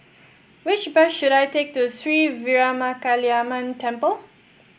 which bus should I take to Sri Veeramakaliamman Temple